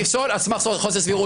-- -על סמך חוסר סבירות.